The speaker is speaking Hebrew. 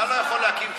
אתה לא יכול להקים צוות?